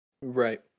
Right